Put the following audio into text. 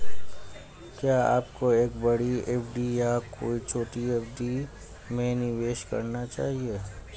क्या आपको एक बड़ी एफ.डी या कई छोटी एफ.डी में निवेश करना चाहिए?